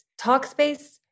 Talkspace